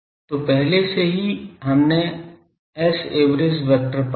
तो पहले से ही हमने Saverage वेक्टर पाया है